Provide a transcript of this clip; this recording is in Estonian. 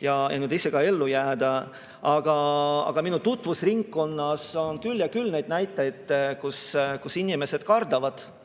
ja ise ellu jääda. Aga minu tutvusringkonnas on küll ja küll neid näiteid, et inimesed kardavad